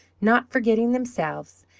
not forgetting themselves,